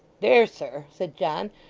there, sir said john,